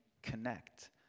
connect